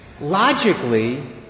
Logically